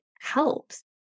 helps